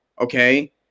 okay